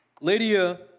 Lydia